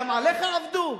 גם עליך עבדו?